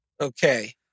Okay